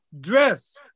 dress